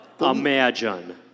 Imagine